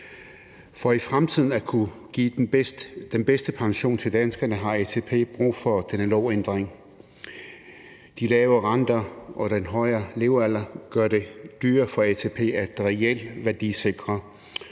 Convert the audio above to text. For i fremtiden at kunne give den bedste pension til danskerne har ATP brug for denne lovændring. De lave renter og den højere levealder gør det dyrere for ATP at realværdisikre,